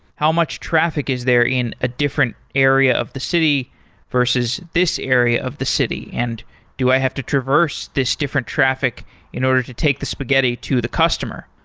how much traffic is there in a different area of the city versus this area of the city, and do i have to traverse this different traffic in order to take the spaghetti to the customer?